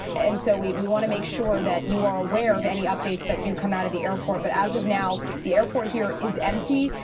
and so we we want to make sure that you are aware of any updates that do come out of the airport. but as of now, the airport here is empty.